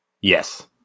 Yes